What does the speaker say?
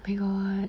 !aiyo! what